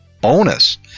bonus